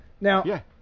Now